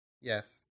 Yes